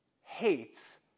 hates